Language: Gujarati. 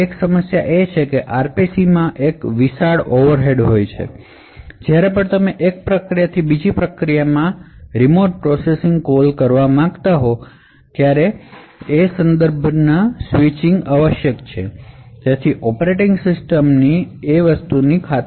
અહીં સમસ્યા એ છે કે RPC માં એક મોટી ઓવરહેડ હોય છે જ્યારે પણ તમે એક પ્રોસેસથી બીજી પ્રોસેસમાં રિમોટ પ્રોસેસિંગ કોલ કરવા માંગતા હો ત્યાં કોંટેક્સ્ટ સ્વિચ આવશ્યક છે અને તેથી ઑપરેટિંગ સિસ્ટમ ને બોલવામાં આવશે